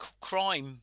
crime